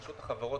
רשות החברות